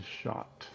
shot